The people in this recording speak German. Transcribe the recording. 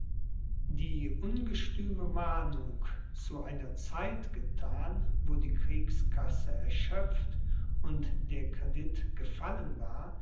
die ungestüme mahnung zu einer zeit gethan wo die kriegskasse erschöpft und der kredit gefallen war